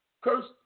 cursed